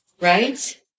right